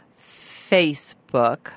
Facebook